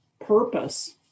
purpose